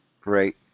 Great